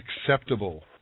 acceptable